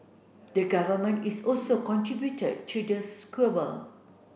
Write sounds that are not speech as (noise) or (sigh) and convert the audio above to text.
the Government is also contributed to the (unintelligible)